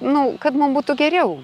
nu kad mum būtų geriau